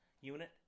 unit